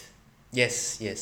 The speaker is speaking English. yes yes